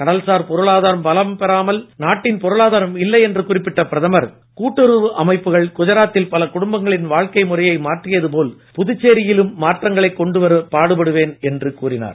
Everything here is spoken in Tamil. கடல்சார் பொருளாதாரம் பலம் பெறாமல் நாட்டின் பொருளாதாரம் இல்லையென்று குறிப்பிட்ட பிரதமர் கூட்டுறவு அமைப்புகளால் குஜராத்தில் பல குடும்பங்களின் வாழ்க்கை முறை மாறியது போல் புதுச்சேரியிலும் மாற்றங்களைக் கொண்டுவர பாடுபடுவேன் என்றும் கூறினார்